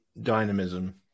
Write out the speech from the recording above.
dynamism